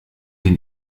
den